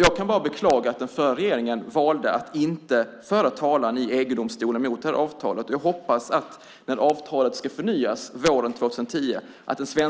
Jag kan bara beklaga att den förra regeringen valde att inte föra talan i EG-domstolen mot detta avtal. Jag hoppas att den svenska regeringen tydligt röstar nej när avtalet ska förnyas våren 2010 och att man